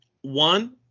one